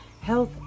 health